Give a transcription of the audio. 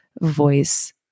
voice